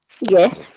Yes